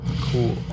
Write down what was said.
Cool